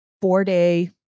four-day